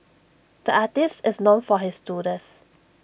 the artist is known for his doodles